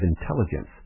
intelligence